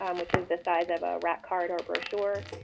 um which is the size of a wrap card or a brochure.